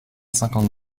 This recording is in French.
cinquante